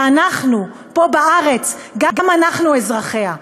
ואנחנו פה בארץ, גם אנחנו אזרחיה.